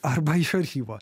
arba iš archyvo